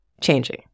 changing